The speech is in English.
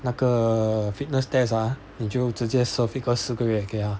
那个 fitness test ah 你就直接 serve 一个四个月给他